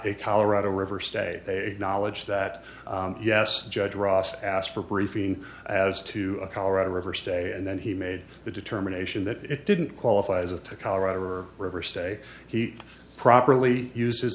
a colorado river stay knowledge that yes judge ross asked for a briefing as to colorado river state and then he made the determination that it didn't qualify as a to colorado or reverse day he properly used